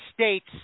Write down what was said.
States